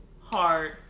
hard